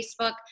facebook